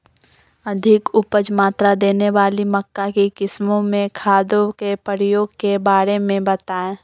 अधिक उपज मात्रा देने वाली मक्का की किस्मों में खादों के प्रयोग के बारे में बताएं?